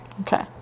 Okay